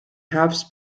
herbst